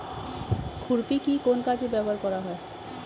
খুরপি কি কোন কাজে ব্যবহার করা হয়?